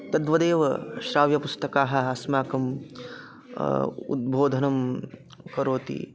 तद्वदेव श्राव्यपुस्तकाः अस्माकम् उद्बोधनं करोति